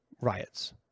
riots